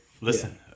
Listen